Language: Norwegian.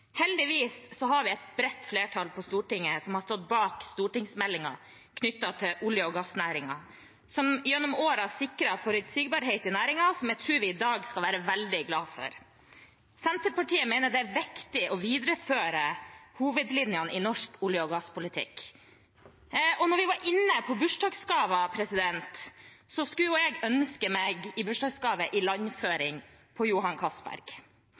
Heldigvis har vi et bredt flertall på Stortinget som har stått bak stortingsmeldingen knyttet til olje- og gassnæringen, som gjennom år har sikret forutsigbarhet i næringen, og som jeg tror vi i dag skal være veldig glad for. Senterpartiet mener det er viktig å videreføre hovedlinjene i norsk olje- og gasspolitikk. Når vi er inne på bursdagsgaver, skulle jeg ønske meg ilandføring på Johan Castberg i bursdagsgave. Vi var veldig mange som ble skuffet da det ikke ble ilandføring på Castberg.